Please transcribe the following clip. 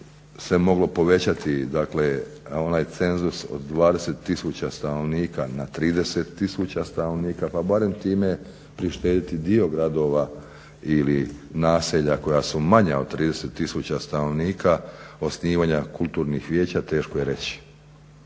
se moglo povećati dakle onaj cenzus od 20 000 stanovnika na 30 000 stanovnika pa barem time prištediti dio gradova ili naselja koja su manja od 30 000 stanovnika, osnivanja kulturnih vijeća teško je reći.